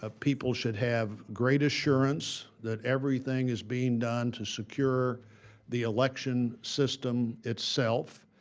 ah people should have great assurance that everything is being done to secure the election system itself.